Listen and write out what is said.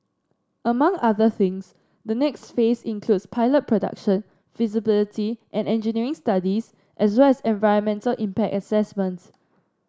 among other things the next phase includes pilot production feasibility and engineering studies as well as environmental impact assessments